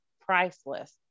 priceless